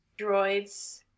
droids